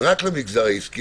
רק למגזר העסקי,